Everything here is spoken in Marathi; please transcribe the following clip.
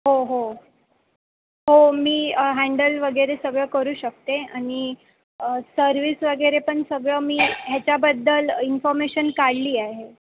हो हो हो मी हँडल वगैरे सगळं करू शकते आणि सर्विस वगैरे पण सगळं मी ह्याच्याबद्दल इन्फॉर्मेशन काढली आहे